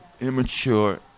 immature